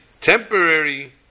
temporary